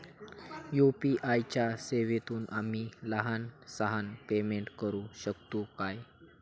UPI च्या सेवेतून आम्ही लहान सहान पेमेंट करू शकतू काय?